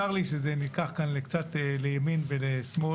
צר לי שזה נלקח כאן לימין ולשמאל